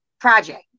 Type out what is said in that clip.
project